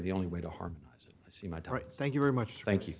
the only way to harm i see my time thank you very much thank you